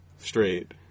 straight